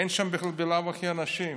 אין שם בלאו הכי אנשים,